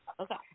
Okay